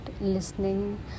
listening